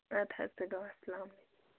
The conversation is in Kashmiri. اَدٕ حظ تُلِو اَسلام علیکُم